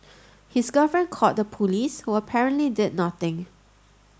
his girlfriend called the police who apparently did nothing